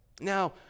Now